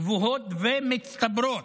גבוהות ומצטברות.